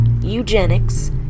eugenics